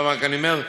עכשיו רק אני אומר: